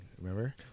Remember